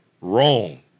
wrong